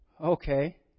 Okay